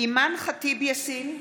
אימאן ח'טיב יאסין,